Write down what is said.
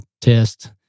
test